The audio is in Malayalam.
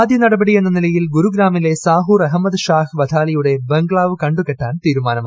ആദ്യ നടപടി എന്നനിലയിൽ ഗ്യൂരുഗ്രാമിലെ സാഹൂർ അഹമ്മദ് ഷാഹ് വതാലിയുടെ ബംഗ്ലാവ് കണ്ടുകെട്ടാൻ തീരുമാനമായി